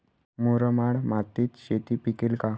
मुरमाड मातीत शेती पिकेल का?